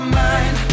mind